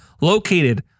located